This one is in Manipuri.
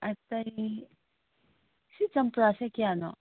ꯑꯇꯩ ꯁꯤ ꯆꯝꯄ꯭ꯔꯥꯁꯤ ꯀꯌꯥꯅꯣ